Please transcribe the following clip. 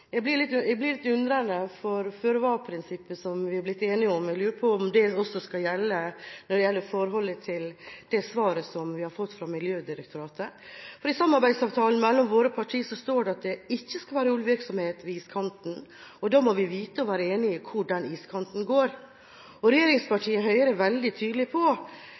jeg er litt undrende til om føre-var-prinsippet som vi er blitt enige om, også skal gjelde for det svaret som vi har fått fra Miljødirektoratet. I samarbeidsavtalen mellom våre partier står det at det ikke skal være oljevirksomhet ved iskanten, og da må vi vite og være enige om hvor den iskanten går. Regjeringspartiet Høyre var veldig tydelig på